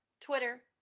Twitter